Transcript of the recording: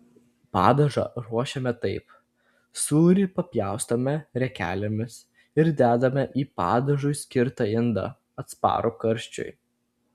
padažą ruošiame taip sūrį papjaustome riekelėmis ir dedame į padažui skirtą indą atsparų karščiui